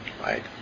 right